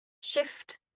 shift